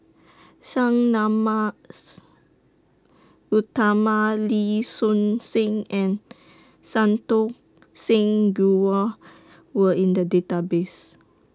Sang Nama's Utama Lee Choon Seng and Santokh Singh Grewal were in The Database